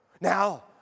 Now